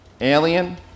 Alien